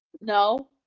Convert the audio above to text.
No